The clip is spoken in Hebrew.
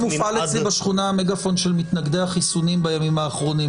פשוט מופעל אצלי בשכונה מגפון של מתנגדי החיסונים בימים האחרונים,